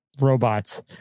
robots